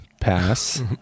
pass